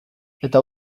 eta